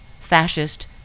fascist